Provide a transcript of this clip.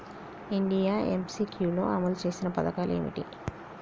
India MCQ లో అమలు చేసిన పథకాలు ఏమిటి?